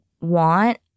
want